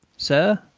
sir,